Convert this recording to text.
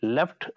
Left